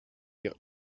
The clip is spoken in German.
wir